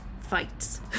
fights